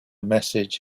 message